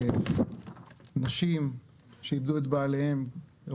נשים שאיבדו את בעליהן,